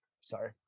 Sorry